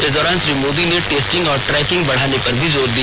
इस दौरान श्री मोदी ने टेस्टिंग और ट्रेकिंग बढ़ाने पर भी जोर दिया